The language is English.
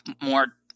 more